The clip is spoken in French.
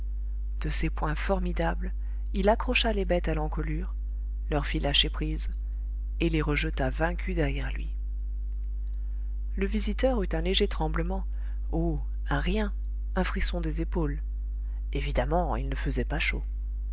de ses poings formidables il accrocha les bêtes à l'encolure leur fit lâcher prise et les rejeta vaincues derrière lui le visiteur eut un léger tremblement oh un rien un frisson des épaules évidemment il ne faisait pas chaud